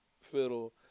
fiddle